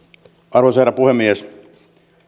arvoisa herra puhemies